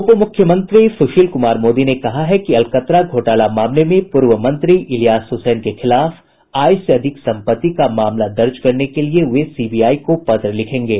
उप मुख्यमंत्री सुशील कुमार मोदी ने कहा है कि अलकतरा घोटाले मामले में पूर्व मंत्री इलियास हुसैन के खिलाफ आय से अधिक संपत्ति का मामला दर्ज करने के लिये वे सीबीआई को पत्र लिखेंगे